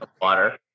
water